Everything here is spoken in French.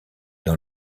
dans